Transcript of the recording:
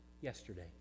yesterday